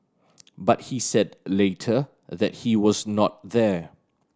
but he said later that he was not there